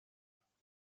اسفندیار